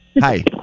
Hi